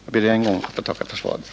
Jag ber ännu en gång att få tacka för svaret.